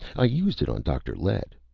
i used it on dr. lett,